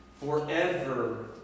Forever